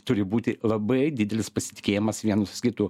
turi būti labai didelis pasitikėjimas vienas kitu